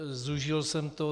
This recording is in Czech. Zúžil jsem to.